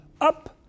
up